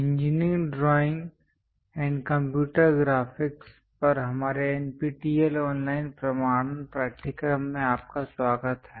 engineering drawing and computer graphics पर हमारे NPTEL online प्रमाणन पाठ्यक्रमों में आपका स्वागत है